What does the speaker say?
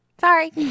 Sorry